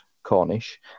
Cornish